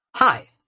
Hi